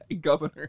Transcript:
Governor